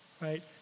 right